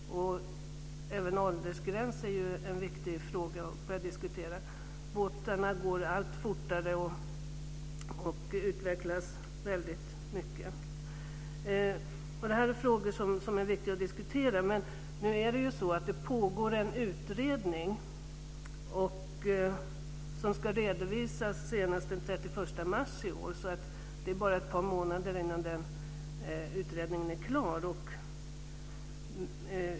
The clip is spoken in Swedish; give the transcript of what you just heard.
Även åldersgräns är en viktig fråga att börja diskutera. Båtarna går allt fortare och utvecklas väldigt mycket. Det är frågor som är viktiga att diskutera. Nu är det så att det pågår en utredning som ska redovisas senast den 31 mars i år. Det är bara ett par månader till dess att den utredningen är klar.